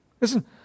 Listen